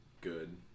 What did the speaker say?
good